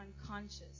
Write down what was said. unconscious